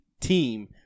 team